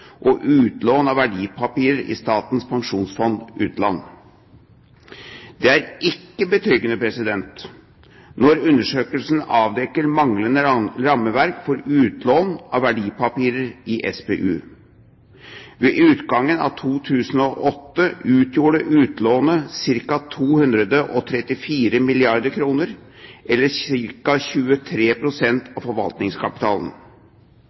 og utlån av verdipapirer i Statens pensjonsfond – Utland. Det er ikke betryggende når undersøkelsen avdekker manglende rammeverk for utlån av verdipapirer i SPU. Ved utgangen av 2008 utgjorde utlånet ca. 534 milliarder kr, eller